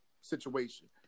situation